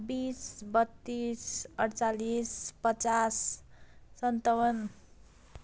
बिस बत्तिस अठचालिस पचास सन्ताउन्न